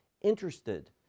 interested